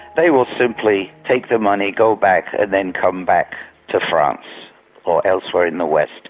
they will simply take the money, go back and then come back to france or elsewhere in the west.